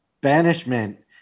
Banishment